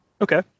Okay